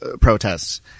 protests